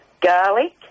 garlic